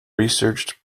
researched